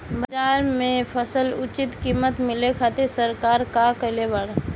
बाजार में फसल के उचित कीमत मिले खातिर सरकार का कईले बाऽ?